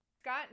Scott